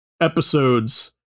episodes